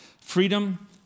Freedom